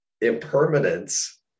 Impermanence